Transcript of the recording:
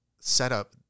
setup